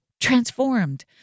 transformed